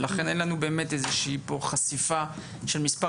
ולכן אין לנו באמת איזושהי פה חשיפה של מספר